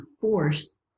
force